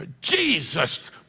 Jesus